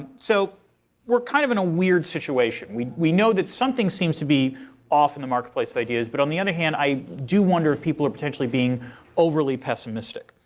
so we're kind of in a weird situation. we we know that something seems to be off in the marketplace of ideas. but on the other hand, i do wonder if people are potentially being overly pessimistic.